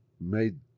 made